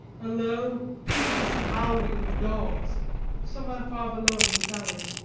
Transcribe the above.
a low, piteous howling of dogs somewhere far below in the valley,